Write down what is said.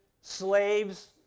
slaves